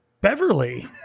Beverly